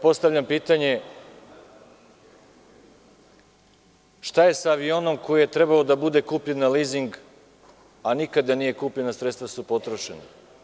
Postavljam pitanje – šta je sa avionom koji je trebao da bude kupljen na lizing, a nikada nije kupljen, a sredstva su potrošena?